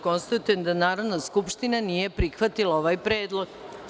Konstatujem da Narodna skupština nije prihvatila ovaj predlog.